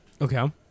Okay